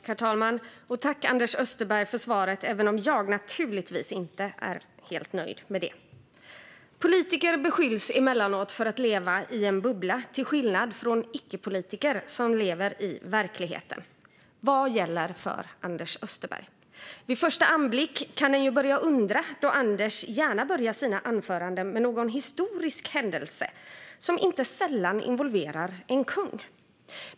Herr talman! Tack, Anders Österberg, för svaret, även om jag naturligtvis inte är helt nöjd med det! Politiker beskylls emellanåt för att leva i en bubbla, till skillnad från icke-politiker, som lever i verkligheten. Vad gäller för Anders Österberg? Vid en första anblick kan man börja undra, då Anders gärna börjar sina anföranden med någon historisk händelse som inte sällan involverar en kung.